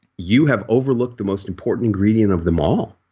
you have overlooked the most important ingredient of them all.